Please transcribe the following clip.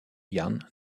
ian